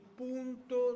punto